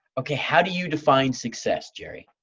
ah how do you define success, jerry?